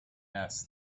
asked